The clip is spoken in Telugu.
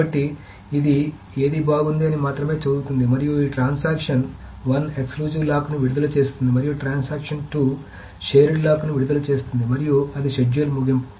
కాబట్టి ఇది ఏది బాగుంది అని మాత్రమే చదువుతుంది మరియు ఈ ట్రాన్సాక్షన్ 1 ఎక్సక్లూజివ్ లాక్ను విడుదల చేస్తుంది మరియు ట్రాన్సాక్షన్ 2 షేర్డ్ లాక్ని విడుదల చేస్తుంది మరియు అది షెడ్యూల్ ముగింపు